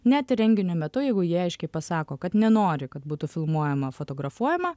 net renginio metu jeigu jie aiškiai pasako kad nenori kad būtų filmuojama fotografuojama